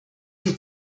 die